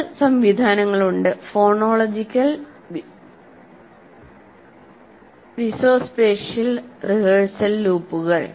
രണ്ട് സംവിധാനങ്ങളുണ്ട് phonological visuospatial rehearsal ലൂപ്പുകൾ